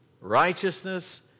righteousness